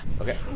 Okay